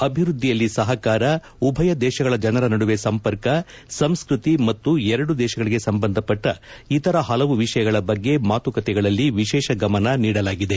ಅಭಿವೃದ್ಧಿಯಲ್ಲಿ ಸಹಕಾರ ಉಭಯ ದೇಶಗಳ ಜನರ ನಡುವೆ ಸಂಪರ್ಕ ಸಂಸ್ಕತಿ ಮತ್ತು ಎರಡು ದೇಶಗಳಿಗೆ ಸಂಬಂಧಪಟ್ಟ ಇತರ ಹಲವು ವಿಷಯಗಳ ಬಗ್ಗೆ ಮಾತುಕತೆಗಳಲ್ಲಿ ವಿಶೇಷ ಗಮನ ನೀಡಲಾಗಿದೆ